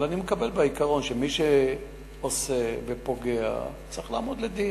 אבל אני מקבל בעיקרון שמי שעושה ופוגע צריך לעמוד לדין.